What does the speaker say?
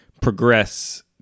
progress